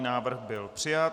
Návrh byl přijat.